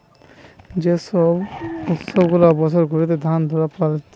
যে সব উৎসব গুলা বছর ঘুরিয়ে ধান তুলার পর হতিছে